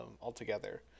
altogether